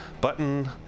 button